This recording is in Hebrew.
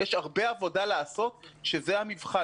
יש הרבה עבודה לעשות וזה המבחן.